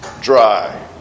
dry